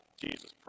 Jesus